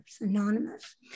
Anonymous